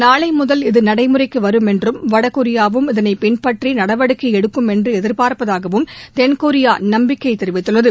நாளை முதல் இது நடைமுறைக்கு வரும் என்றும் வடகொரியாவும் இதனை பின்பற்றி நடவடிக்கை எடுக்கும் என்றும் எதிர்பார்ப்பதாகவும் தென்கொரியா நம்பிக்கை தெரிவித்துள்ளது